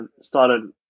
started